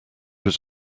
was